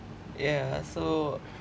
yeah so